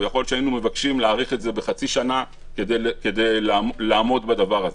ויכול להיות שהיינו מבקשים להאריך את זה בחצי שנה כדי לעמוד בדבר הזה.